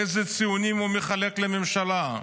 איזה ציונים הוא מחלק לממשלה.